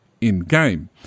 in-game